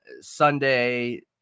Sunday